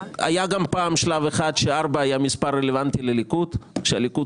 היה שלב בהיסטוריה שארבע היה מספר רלוונטי לליכוד כשהליכוד